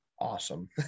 Awesome